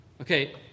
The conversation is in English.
Okay